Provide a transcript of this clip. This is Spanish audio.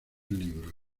libros